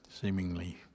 seemingly